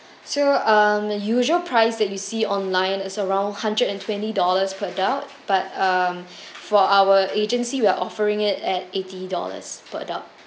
so um the usual price that you see online is around hundred and twenty dollars per adult but um for our agency we are offering it at eighty dollars per adult